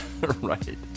right